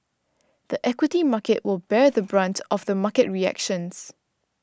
the equity market will bear the brunt of the market reactions